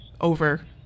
over